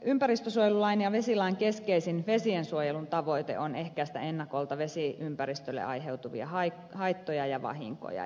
ympäristönsuojelulain ja vesilain keskeisin vesiensuojelun tavoite on ehkäistä ennakolta vesiympäristölle aiheutuvia haittoja ja vahinkoja